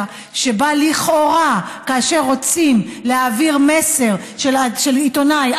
שבה לכאורה כאשר רוצים להעביר מסר של: עיתונאי,